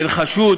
בין חשוד